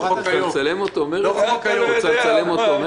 לחברי הוועדה ולטובת הציבור כמה מילים נפוצות שאנחנו המשפטנים